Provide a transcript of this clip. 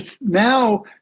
now